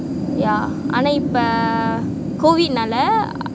yeah ஆனா இப்ப:anaa ippa C_O_V_I_D னால:naala